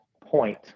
point